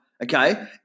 Okay